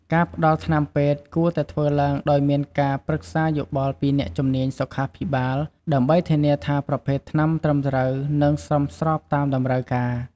ការផ្តល់ថ្នាំពេទ្យគួរតែធ្វើឡើងដោយមានការ ប្រឹក្សាយោបល់ពីអ្នកជំនាញសុខាភិបាល ដើម្បីធានាថាប្រភេទថ្នាំត្រឹមត្រូវ និងសមស្របតាមតម្រូវការ។